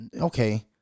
okay